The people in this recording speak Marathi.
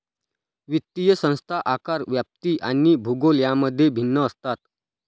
वित्तीय संस्था आकार, व्याप्ती आणि भूगोल यांमध्ये भिन्न असतात